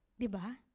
Diba